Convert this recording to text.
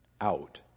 out